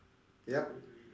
yup